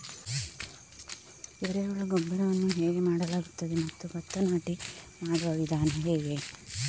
ಎರೆಹುಳು ಗೊಬ್ಬರವನ್ನು ಹೇಗೆ ಮಾಡಲಾಗುತ್ತದೆ ಮತ್ತು ಭತ್ತ ನಾಟಿ ಮಾಡುವ ವಿಧಾನ ಹೇಗೆ?